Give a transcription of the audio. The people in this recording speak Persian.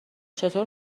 چطور